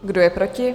Kdo je proti?